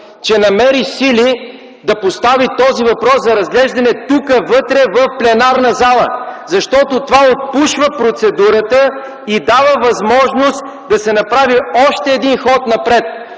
че намери сили да постави този въпрос за разглеждане тук – вътре в пленарната зала, защото това отпушва процедурата и дава възможност да се направи още един ход напред,